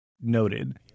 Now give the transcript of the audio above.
noted